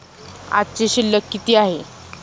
आजची शिल्लक किती आहे?